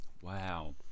Wow